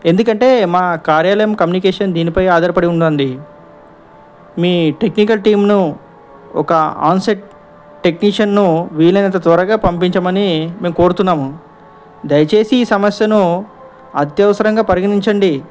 ఎందుకంటే మా కార్యాలయం కమ్యూనికేషన్ దీనిపై ఆధారపడి ఉందండి మీ టెక్నికల్ టీంను ఒక ఆన్సైట్ టెక్నీషియను వీలైనంత త్వరగా పంపించమని మేము కోరుతున్నాము దయచేసి ఈ సమస్యను అత్యవసరంగా పరిగణించండి